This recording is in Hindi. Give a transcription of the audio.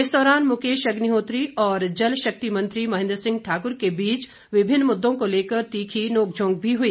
इस दौरान मुकेश अग्निहोत्री और जलशक्ति मंत्री महेंद्र सिंह ठाक्र के बीच विभिन्न मुद्दों को लेकर तीखी नोक झोंक भी हुई